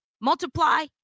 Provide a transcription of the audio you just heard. multiply